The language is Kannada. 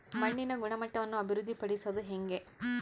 ಮಣ್ಣಿನ ಗುಣಮಟ್ಟವನ್ನು ಅಭಿವೃದ್ಧಿ ಪಡಿಸದು ಹೆಂಗೆ?